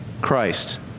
Christ